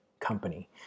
company